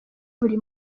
buri